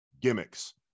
gimmicks